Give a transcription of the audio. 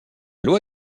loi